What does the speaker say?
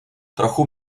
trochu